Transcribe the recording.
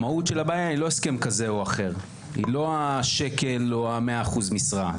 המהות של הבעיה היא לא הסכם כזה או אחר ואף לא השכר או אחוז המשרה.